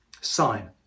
sign